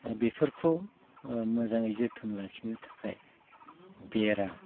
बेफोरखौ मोजाङै जोथोन लाखिनो थाखाय बेरा